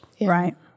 Right